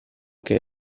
che